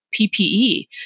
PPE